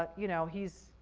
but you know, he's,